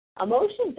emotions